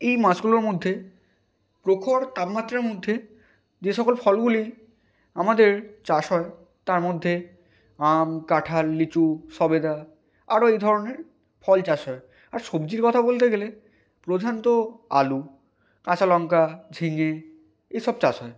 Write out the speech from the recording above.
এই মাসগুলোর মধ্যে প্রখর তাপমাত্রার মধ্যে যে সকল ফলগুলি আমাদের চাষ হয় তার মধ্যে আম কাঁঠাল লিচু সবেদা আরও এই ধরনের ফল চাষ হয় আর সবজির কথা বলতে গেলে প্রধান তো আলু কাঁচা লঙ্কা ঝিঙে এই সব চাষ হয়